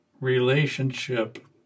relationship